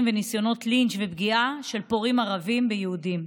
ולניסיונות לינץ' ופגיעה של פורעים ערבים ביהודים.